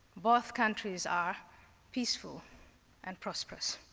both countries are peaceful and prosperous.